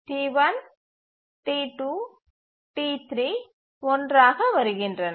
T1 T2 T3 ஒன்றாக வருகின்றன